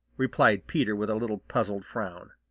replied peter with a little puzzled frown.